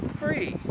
free